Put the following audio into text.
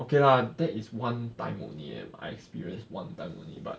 okay lah that is one time only eh and I experienced one time only but